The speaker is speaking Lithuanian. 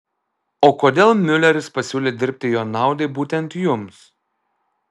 o kodėl miuleris pasiūlė dirbti jo naudai būtent jums